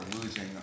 losing